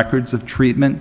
records of treatment